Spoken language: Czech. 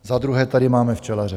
Za druhé tady máme včelaře.